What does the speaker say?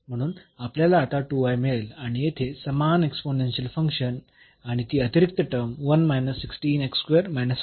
म्हणून आपल्याला आता मिळेल आणि येथे समान एक्स्पोनेन्शियल फंक्शन आणि ती अतिरिक्त टर्म आहे